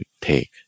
take